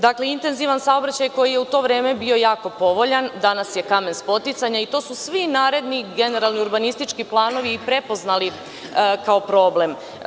Dakle, intenzivan saobraćaj koji je u to vreme bio jako povoljan, danas je kamen spoticanja i to su svi naredni generalni urbanistički planovi i prepoznali kao problem.